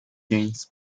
james